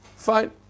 fine